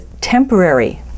temporary